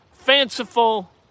fanciful